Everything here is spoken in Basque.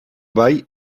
bai